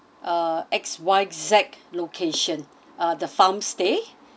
uh X Y Z location uh the farm stay